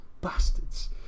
Bastards